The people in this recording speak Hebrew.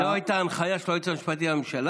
אם לא הייתה הנחיה של היועץ המשפטי לממשלה,